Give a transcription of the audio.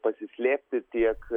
pasislėpti tiek